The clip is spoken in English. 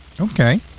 Okay